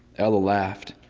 ella laughed.